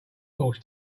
force